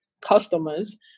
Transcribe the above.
customers